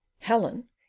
helen